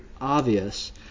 obvious